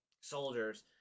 soldiers